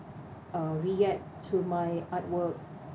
uh react to my artwork